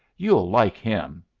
you'll like him.